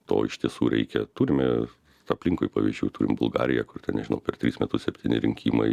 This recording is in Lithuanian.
to iš tiesų reikia turime aplinkui pavyzdžių turim bulgariją kur ten nežinau per tris metus septyni rinkimai